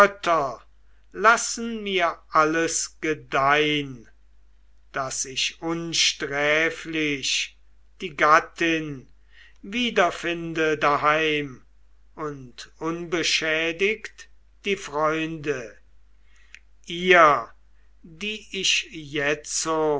lassen mir alles gedeihn daß ich unsträflich die gattin wiederfinde daheim und unbeschädigt die freunde ihr die ich jetzo